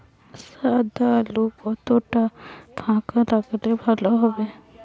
সাদা আলু কতটা ফাকা লাগলে ভালো হবে?